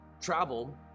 travel